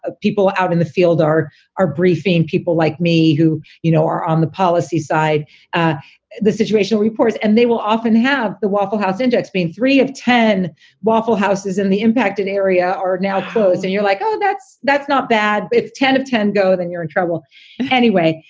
ah people out in the field are are briefing people like me who, you know, are on the policy side of ah the situation reports. and they will often have the waffle house index being three of ten waffle houses in the impacted area are now closed. and you're like, oh, that's that's not bad. it's ten of ten. go. then you're in trouble anyway.